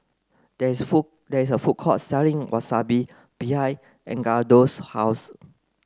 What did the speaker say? there is a food there is a food court selling Wasabi behind Edgardo's house